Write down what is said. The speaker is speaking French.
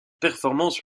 performance